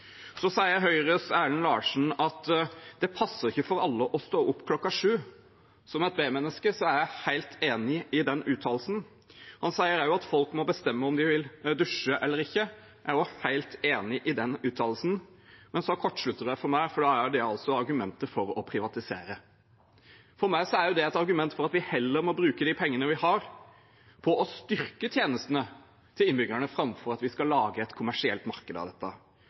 Høyres Erlend Larsen sier det ikke passer for alle å stå opp kl. 07. Som B-menneske er jeg helt enig i den uttalelsen. Han sier også at folk må bestemme om de vil dusje eller ikke. Jeg er helt enig i den uttalelsen, men så kortslutter det for meg, for da er det argumentet for å privatisere. For meg er det et argument for at vi heller må bruke de pengene vi har, på å styrke tjenestene til innbyggerne, framfor at vi skal lage et kommersielt marked av dette.